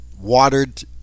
watered